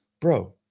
bro